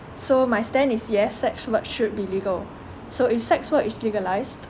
so my stand is yes sex work should be legal so if sex work is legalised